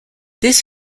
this